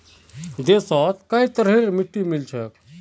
देशत कई तरहरेर मिट्टी मिल छेक